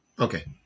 Okay